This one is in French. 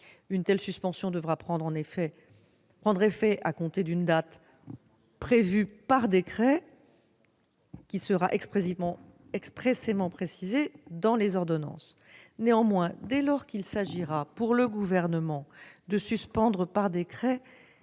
Une telle suspension devra prendre effet à compter d'une date prévue par décret, qui sera expressément précisée dans les ordonnances. Néanmoins, dès lors qu'il s'agira pour le Gouvernement de suspendre par décret